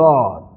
God